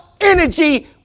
energy